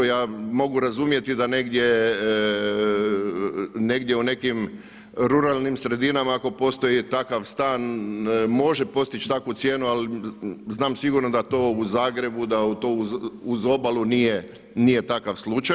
Ja mogu razumjeti da negdje u nekim ruralnim sredinama ako postoji takav stan može postići takvu cijenu ali znam sigurno da to u Zagrebu, da to uz obalu nije takav slučaj.